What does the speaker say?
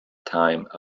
time